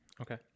Okay